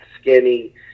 skinny